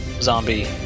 zombie